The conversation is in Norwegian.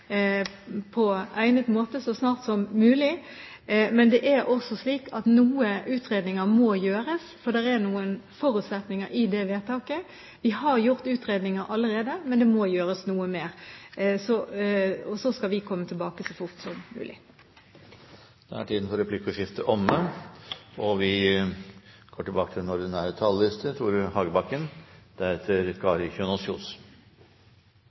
på egnet måte så snart som mulig. Men det er også slik at noen utredninger må gjøres, for det er noen forutsetninger i det vedtaket. Vi har gjort utredninger allerede, men det må gjøres noe mer. Så skal vi komme tilbake så fort som mulig. Replikkordskiftet er omme. Om vi i komiteen ikke har blitt enige om alt – det framgår for